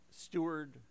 steward